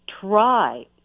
try